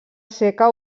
seca